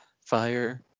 fire